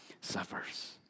suffers